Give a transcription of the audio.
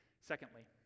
Secondly